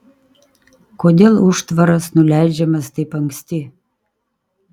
kodėl užtvaras nuleidžiamas taip anksti